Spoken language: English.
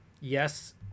Yes